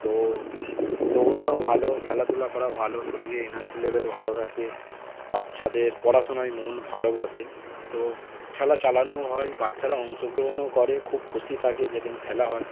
তো দৌড়ানো ভালো খেলাধুলা করা ভালো শরীরে এনার্জি লেভেল ভালো থাকে বাচ্চাদের পড়াশোনায় মন ভালোবাসে তো খেলা চালানোও হয় বাচ্চারা অংশগ্রহণও করে খুব খুশি থাকে যেদিন খেলা হয়